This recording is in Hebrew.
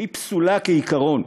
שהיא פסולה כעיקרון,